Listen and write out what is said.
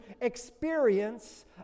experience